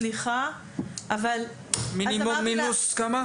סליחה --- מינימום מינוס כמה?